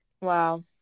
Wow